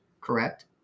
correct